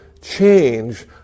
change